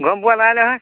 গম পোৱা নাই নহয়